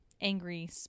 angry